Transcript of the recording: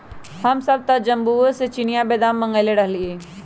हमसभ तऽ जम्मूओ से सेहो चिनियाँ बेदाम मँगवएले रहीयइ